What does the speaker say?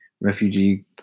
refugee